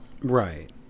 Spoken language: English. Right